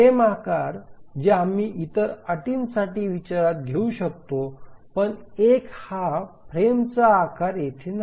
frame आकार जे आम्ही इतर अटींसाठी विचारात घेऊ शकतो पण १ हा फ्रेमचा आकार येथे नाही